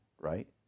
right